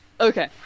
Okay